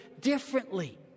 differently